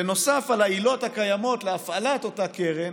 ועל העילות הקיימות להפעלת אותה קרן